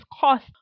cost